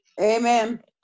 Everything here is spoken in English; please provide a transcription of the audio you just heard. amen